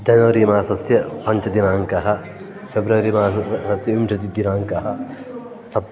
जनवरि मासस्य पञ्चदिनाङ्कः फ़ेब्रवरि मासस्य विंशतिदिनाङ्कः सप्